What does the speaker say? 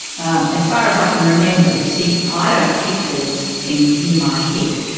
um as far as i can remember, you see i don't keep these things in my head,